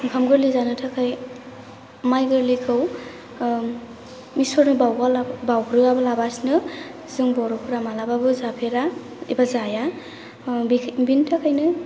ओंखाम गोरलै जानो थाखाय माइ गोरलैखौ इसोरनो बाउग्रोआबालासिनो जों बर'फोरा मालाबाबो जाफेरा एबा जाया बिनि थाखायनो